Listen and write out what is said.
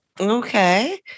Okay